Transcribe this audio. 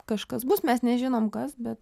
kažkas bus mes nežinom kas bet